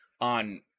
on